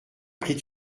prit